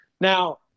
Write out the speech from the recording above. Now